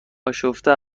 آشفته